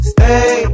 Stay